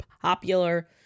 popular